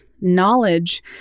knowledge